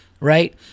Right